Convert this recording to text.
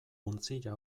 untzilla